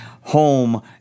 home